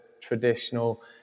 traditional